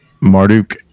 marduk